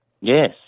Yes